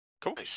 Cool